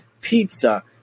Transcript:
pizza